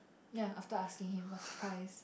ya after asking him what's price